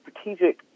strategic